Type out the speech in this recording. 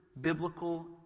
biblical